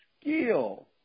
skill